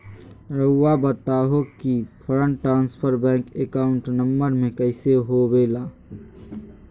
रहुआ बताहो कि fund transfer bank account number में कैसे होबेला?